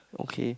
okay